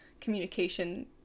communication